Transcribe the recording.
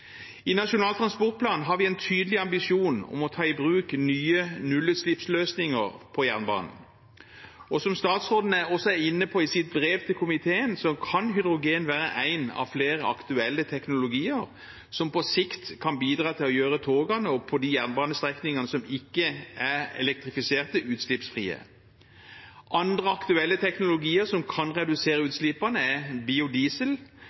I Nasjonal transportplan har vi en tydelig ambisjon om å ta i bruk nye nullutslippsløsninger på jernbanen. Som statsråden også er inne på i sitt brev til komiteen, kan hydrogen være én av flere aktuelle teknologier som på sikt kan bidra til å gjøre togene på de banestrekningene som ikke er elektrifiserte, utslippsfri. Andre aktuelle teknologier som kan redusere utslippene, er biodiesel,